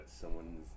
someone's